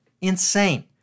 Insane